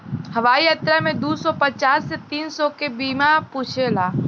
हवाई यात्रा में दू सौ पचास से तीन सौ के बीमा पूछेला